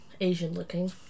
Asian-looking